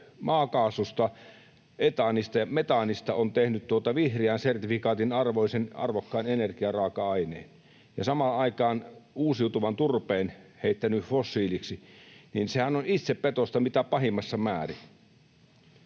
maakaasusta, metaanista, vihreän sertifikaatin arvoisen, arvokkaan energiaraaka-aineen ja samaan aikaan uusiutuvan turpeen heittänyt fossiiliseksi — niin sehän on itsepetosta mitä pahimmassa määrin.